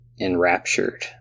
enraptured